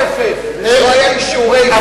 לא היו לי שיעורי, בבית-ספר?